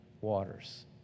waters